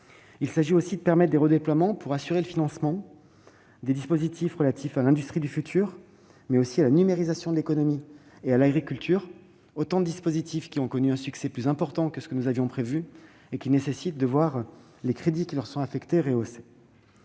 voulons aussi permettre des redéploiements pour assurer le financement des dispositifs relatifs à l'industrie du futur, mais aussi à la numérisation de l'économie et à l'agriculture. Autant de dispositifs qui ont connu un succès plus important que nous ne l'avions prévu et qui nécessitent de voir les crédits qui leur sont affectés rehaussés.